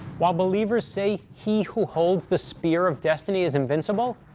while believers say he who holds the spear of destiny is invincible,